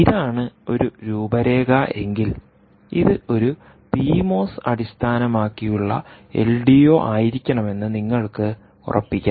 ഇതാണ് ഒരു രൂപരേഖ എങ്കിൽ ഇത് ഒരു പിമോസ് അടിസ്ഥാനമാക്കിയുള്ള എൽഡിഒ ആയിരിക്കണമെന്ന് നിങ്ങൾക്ക് ഉറപ്പിക്കാം